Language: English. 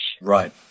Right